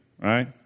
Right